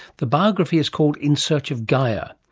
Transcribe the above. the biography is called in search of gaia.